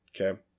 okay